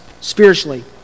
spiritually